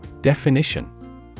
Definition